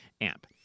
amp